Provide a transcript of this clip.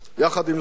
יחד עם זאת,